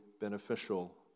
beneficial